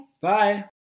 Bye